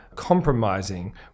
compromising